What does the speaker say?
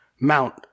Mount